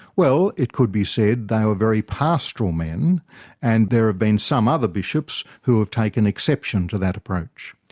well it could be said they were very pastoral men and there have been some other bishops who have taken exception to that approach.